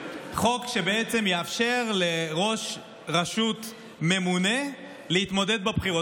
חוק שבעצם יאפשר לראש רשות ממונה להתמודד בבחירות.